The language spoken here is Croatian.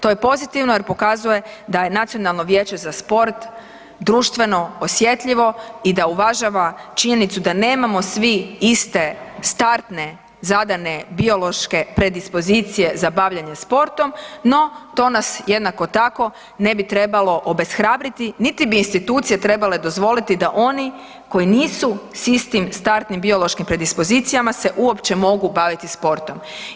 To je pozitivno jer pokazuje da je Nacionalno vijeće za sport društveno osjetljivo i da uvažava činjenicu da nemamo svi iste starte, zadane, biološke predispozicije za bavljenje sportom no to nas jednako tako ne bi trebalo obeshrabriti ni ti bi institucije trebale dozvoliti da oni koji nisu s istim startnim biološkim predispozicijama se uopće mogu baviti sportom.